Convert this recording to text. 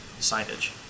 signage